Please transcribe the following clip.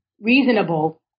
reasonable